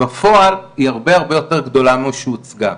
היא הרבה יותר גדולה משהוצגה.